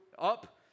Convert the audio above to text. up